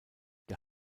der